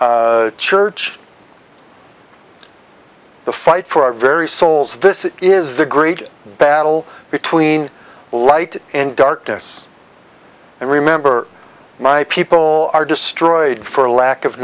church the fight for our very souls this is the great battle between light and darkness i remember my people are destroyed for lack of